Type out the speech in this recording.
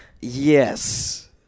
Yes